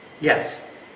Yes